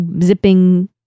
zipping